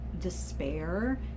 despair